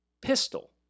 pistol